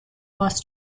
was